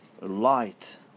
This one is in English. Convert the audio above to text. light